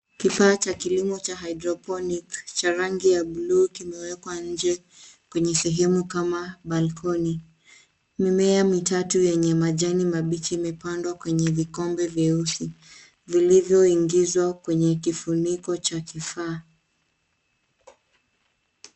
Kifaa cha kilimo cha hydrophonics cha rangi ya blue kimewekwa nje kwenye sehemu kama balkoni. Mimea mitatu yenye majani mabichi imepandwa kwenye vikombe vyeusi, vilivyoingizwa kwenye kifuniko cha kifaa.